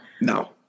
No